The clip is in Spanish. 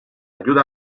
ayuda